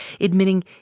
admitting